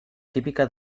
típica